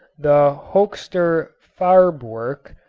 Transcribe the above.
the hochster farbwerke,